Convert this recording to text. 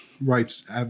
rights